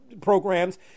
programs